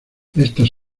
estas